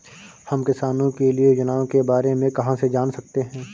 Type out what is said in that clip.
हम किसानों के लिए योजनाओं के बारे में कहाँ से जान सकते हैं?